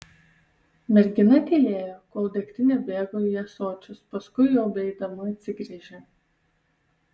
mergina tylėjo kol degtinė bėgo į ąsočius paskui jau beeidama atsigręžė